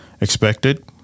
expected